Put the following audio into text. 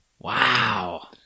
Wow